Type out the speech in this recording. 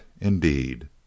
indeed